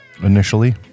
initially